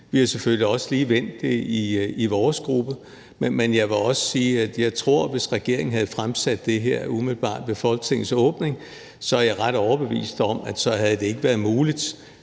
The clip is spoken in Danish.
vi har selvfølgelig også lige vendt det i vores gruppe. Men jeg vil også sige, at hvis regeringen havde fremsat det her umiddelbart ved Folketingets åbning, er jeg ret overbevist om, at det ikke havde været muligt